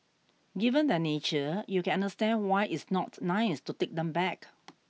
given their nature you can understand why it's not nice to take them back